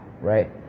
right